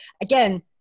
again